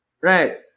right